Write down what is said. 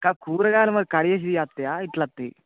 కా కూరగాయలు మరి కడిగేసినవి వస్తాయా ఎట్లొస్తాయి